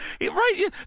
right